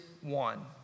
one